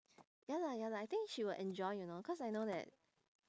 ya lah ya lah I think she will enjoy you know cause I know that